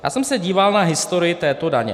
Já jsem se díval na historii této daně.